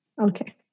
okay